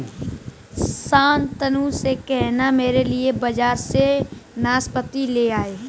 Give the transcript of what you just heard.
शांतनु से कहना मेरे लिए बाजार से नाशपाती ले आए